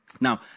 Now